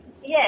Yes